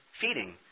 feeding